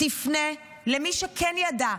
תפנה למי שכן ידע.